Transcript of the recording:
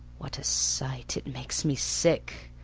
what a sight! it makes me sick.